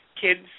kids